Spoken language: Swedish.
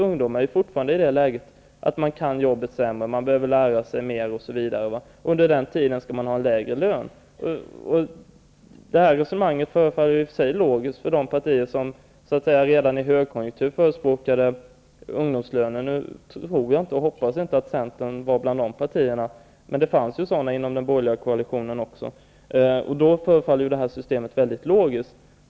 Ungdomar kommer ju även i framtiden att kunna jobbet sämre än de som har erfarenhet, och under den tiden skall de ha lägre lön -- det resonemanget förefaller logiskt för de partier som redan under högkonjunkturen förespråkade ungdomslöner. Nu tror och hoppas jag att Centern inte var med bland de partierna, men det fanns ju de som resonerade så inom den borgerliga koalitionen. Med det synsättet förefaller resonemanget väldigt logiskt.